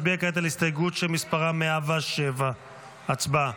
נצביע כעת על ההסתייגות שמספרה 107. הצבעה.